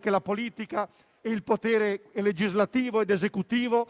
che la politica e il potere legislativo ed esecutivo